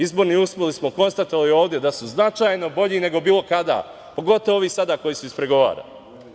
Izborne uslove smo konstatovali da su značajno bolji nego bilo kada, pogotovo ovi sada koji su ispregovarani.